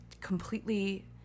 completely